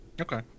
okay